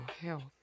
Health